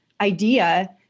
idea